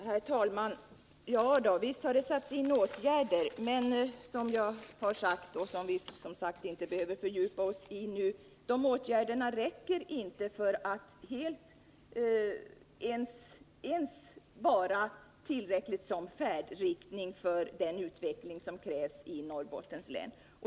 Herr talman! Ja visst har vi vidtagit åtgärder, men som jag har sagt — det behöver vi inte fördjupa oss i nu — räcker de åtgärderna inte ens för att ange färdriktningen för den utveckling som krävs i Norrbottens län.